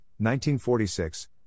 1946